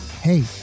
hey